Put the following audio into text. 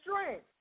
strength